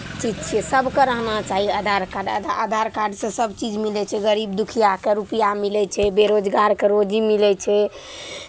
चीज छियै सभकेँ रहना चाही आधार कार्ड आधार आधार कार्डसँ सभचीज मिलै छै गरीब दुखिआकेँ रुपैआ मिलै छै बेरोजगारकेँ रोजी मिलै छै